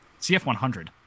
CF100